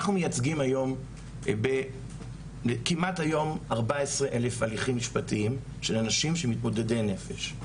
אנחנו מייצגים היום 14 אלף הליכים משפטיים של אנשים של מתמודדי נפש.